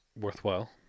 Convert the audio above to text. worthwhile